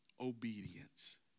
obedience